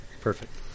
Perfect